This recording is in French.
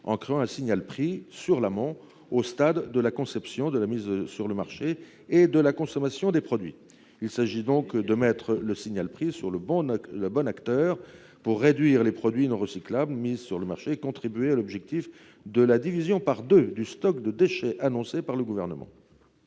en créant un signal-prix sur l'amont, au stade de la conception, de la mise sur le marché et de la consommation des produits. Il s'agit donc de placer le signal-prix sur le bon acteur pour réduire les produits non recyclables mis sur le marché et contribuer à l'objectif de division par deux du stockage des déchets annoncé par le Gouvernement.